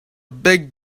big